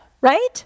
right